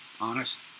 honest